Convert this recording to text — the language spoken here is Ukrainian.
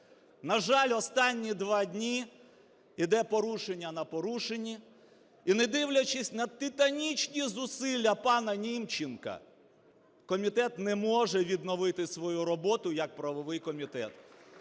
На жаль, останні два дні йде порушення на порушенні, і не дивлячись на титанічні зусилля пана Німченка, комітет не може відновити свою роботу як правовий комітет.